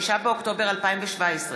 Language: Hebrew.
6 באוקטובר 2017,